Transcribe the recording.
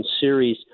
series